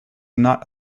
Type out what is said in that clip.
not